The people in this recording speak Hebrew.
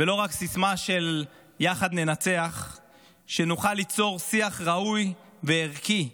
ולא רק סיסמה של "יחד ננצח"; שנוכל ליצור שיח ראוי וערכי,